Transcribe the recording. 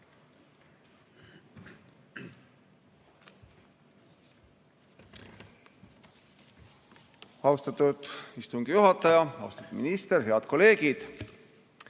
Austatud istungi juhataja! Austatud minister! Head kolleegid!